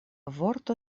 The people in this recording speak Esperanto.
vorto